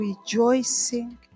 rejoicing